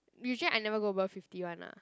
usually I never go over fifty one lah